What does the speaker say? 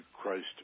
Christ